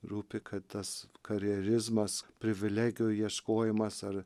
rūpi kad tas karjerizmas privilegijų ieškojimas ar